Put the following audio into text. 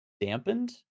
dampened